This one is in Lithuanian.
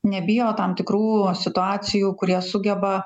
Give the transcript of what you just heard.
nebijo tam tikrų situacijų kurie sugeba